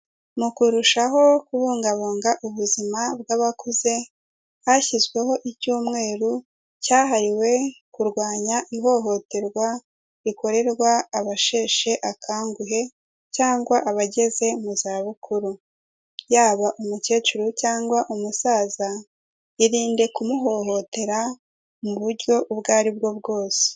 Mu kurushaho kubungabunga ubuzima bw'abakuze, hashyizweho icyumweru cyahariwe kurwanya ihohoterwa rikorerwa abasheshe akanguhe cyangwa abageze mu zabukuru, yaba umukecuru cyangwa umusaza, irinde kumuhohotera mu buryo ubwo ari bwo bwose.